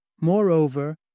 Moreover